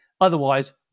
Otherwise